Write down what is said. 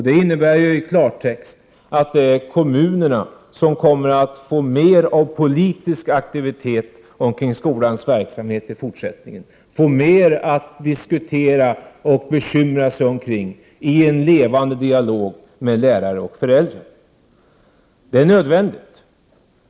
Det innebär i klartext att kommunerna i fortsättningen kommer att få mer av politisk aktivitet omkring skolans verksamhet och få mer att diskutera och bekymra sig om i en levande dialog med lärare och föräldrar. Det är nödvändigt.